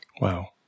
Wow